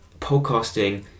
podcasting